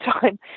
time